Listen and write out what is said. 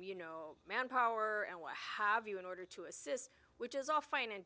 you know manpower and what have you in order to assist which is all fine and